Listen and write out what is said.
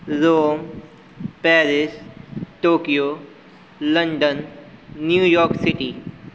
Rome Paris Tokyo London New York city